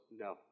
No